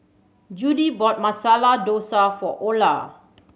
Judie bought Masala Dosa for Ola